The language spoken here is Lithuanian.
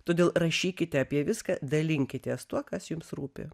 todėl rašykite apie viską dalinkitės tuo kas jums rūpi